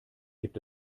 gibt